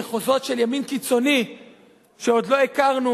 ישראל למחוזות של ימין קיצוני שעוד לא הכרנו.